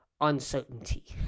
uncertainty